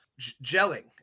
Gelling